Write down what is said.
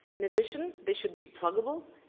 in addition, they should be pluggable,